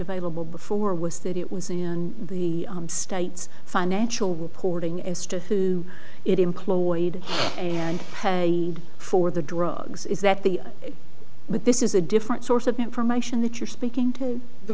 available before was that it was in the state's financial reporting as to who it employed and pay for the drugs is that the but this is a different source of information that you're speaking to the